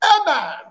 Amen